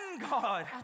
God